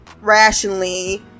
rationally